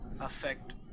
affect